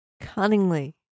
Cunningly